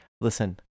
Listen